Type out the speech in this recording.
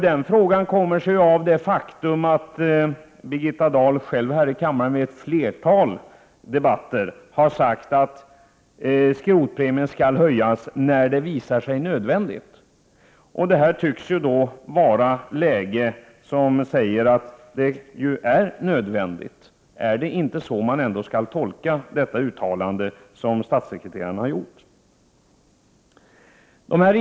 Den frågan föranleds av det faktum att Birgitta Dahl här i kammaren i ett flertal debatter har sagt att bilskrotningspremien skall höjas när det visar sig nödvändigt. Det tycks nu vara ett läge där det är nödvändigt. Skall man inte tolka statssekreterarens uttalande på det sättet?